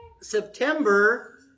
September